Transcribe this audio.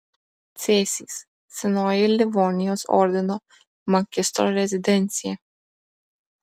cėsys senoji livonijos ordino magistro rezidencija